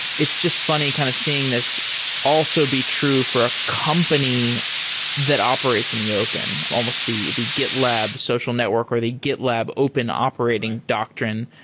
it's just funny kind of seeing this also be true for ah company that operates in the open, almost the the gitlab social network or the gitlab open operating doctrine.